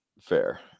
Fair